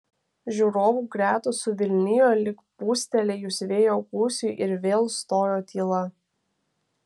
žiūrovų gretos suvilnijo lyg pūstelėjus vėjo gūsiui ir vėl stojo tyla